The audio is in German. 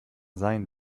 sein